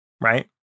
right